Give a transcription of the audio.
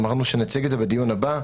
אמרנו שנציג את זה בדיון הבא.